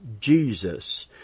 Jesus